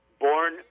born